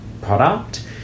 product